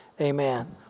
amen